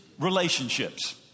relationships